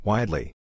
Widely